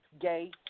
Gay